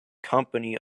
company